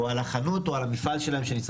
או המפעל או החנות שלהם שנשרפו.